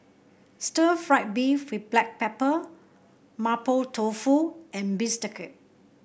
Stir Fried Beef with Black Pepper Mapo Tofu and Bistake